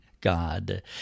God